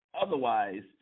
Otherwise